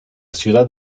ciudad